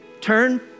turn